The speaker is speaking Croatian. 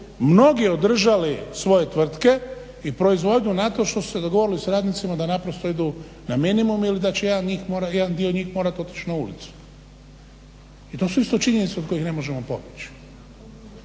mnogi održali svoje tvrtke i proizvodnju na to što se dogovorili sa radnicima da idu na minimum jer da će jedan dio njih morati otići na ulicu. I to su isto činjenice od kojih ne možemo pobjeći